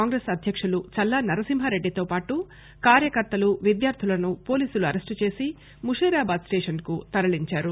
కాంగ్రెస్ అధ్యకులు చల్లా నరసింహారెడ్డిలతోపాటు కార్యకర్తలు విద్యార్థులను పోలీసులు అరెస్టు చేసి ముషీరాబాద్ స్టేషన్కు తరలించారు